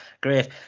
great